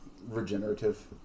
regenerative